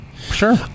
Sure